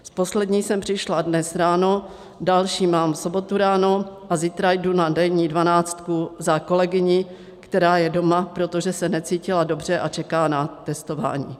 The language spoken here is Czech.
Z poslední jsem přišla dnes ráno, další mám v sobotu ráno a zítra jdu na denní dvanáctku za kolegyni, která je doma, protože se necítila dobře a čeká na testování.